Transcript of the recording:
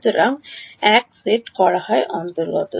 সুতরাং সেট 1কিসের অন্তর্গত